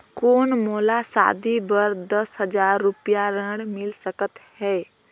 कौन मोला शादी बर दस हजार रुपिया ऋण मिल सकत है?